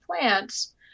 plants